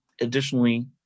additionally